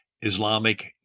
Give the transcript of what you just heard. Islamic